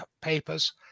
papers